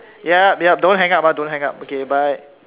yup yup don't hang up ah don't hang up okay bye